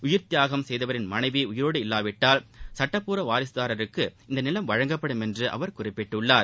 உயிர்த்தியாகம் செய்தவரின் மனைவி உயிரோடு இல்லாவிடில் சட்டப்பூர்வ வாரிகதாரருக்கு இந்த நிலம் வழங்கப்படும் என்று அவர் குறிப்பிட்டார்